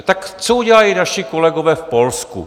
Tak co udělali naši kolegové v Polsku?